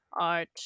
art